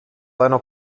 einer